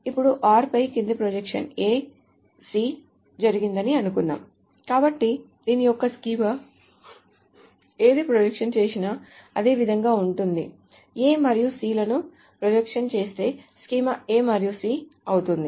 ఇప్పుడు r పై కింది ప్రొజెక్షన్ A C జరిగిందని అనుకుందాం కాబట్టి దీని యొక్క స్కీమా ఏది ప్రొజెక్షన్ చేసినా అదే విధంగా ఉంటుంది A మరియు C లను ప్రొజెక్షన్ చేస్తే స్కీమా A మరియు C అవుతుంది